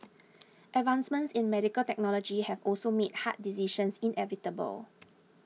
advancements in medical technology have also made hard decisions inevitable